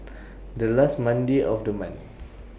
The last Monday of The month